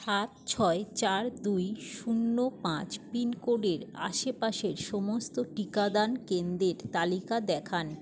সাত ছয় চার দুই শূন্য পাঁচ পিনকোডের আশেপাশের সমস্ত টিকাদান কেন্দ্রের তালিকা দেখান